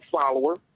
follower